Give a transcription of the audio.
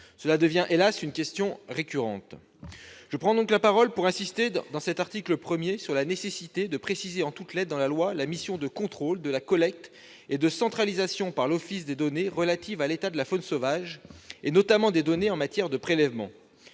Cela devient- hélas ! -une question récurrente. Je prends donc la parole pour insister, à l'occasion de l'examen de cet article 1, sur la nécessité de préciser en toutes lettres dans la loi la mission de contrôle de la collecte et de centralisation, par l'office, des données relatives à l'état de la faune sauvage, et notamment en matière de prélèvements.